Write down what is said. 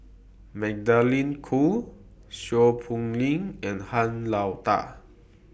Magdalene Khoo Seow Poh Leng and Han Lao DA